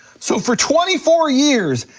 so for twenty four years,